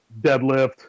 deadlift